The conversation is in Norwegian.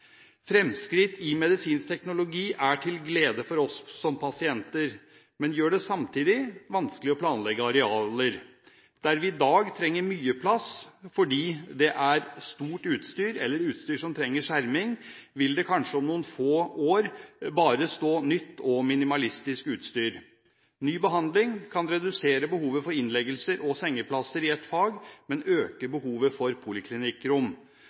Fremskritt i medisinsk teknologi er til glede for oss som pasienter, men gjør det samtidig vanskelig å planlegge arealer. Der vi i dag trenger mye plass fordi utstyret er stort eller trenger skjerming, vil vi kanskje om noen få år få nytt og minimalistisk utstyr. Ny behandling kan redusere behovet for innleggelser og sengeplasser i et fag, men øke behovet for